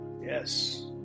Yes